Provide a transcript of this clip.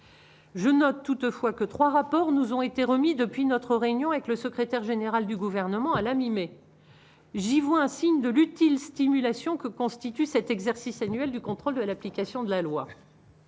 je note toutefois que 3 rapports nous ont été remis depuis notre réunion avec le secrétaire général du gouvernement à la mi-mai, j'y vois un signe de lutte il stimulation que constitue cet exercice annuel du contrôle de l'application de la loi,